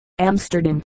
Amsterdam